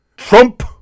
Trump